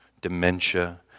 dementia